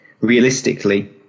realistically